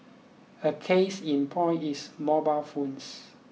a case in point is mobile phones